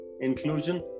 inclusion